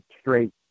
straight